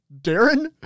Darren